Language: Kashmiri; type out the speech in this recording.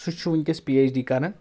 سُہ چھُ وٕنکؠس پی ایچ ڈی کَران